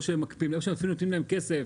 או שאפילו נותנים להם כסף.